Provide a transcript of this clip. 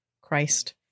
Christ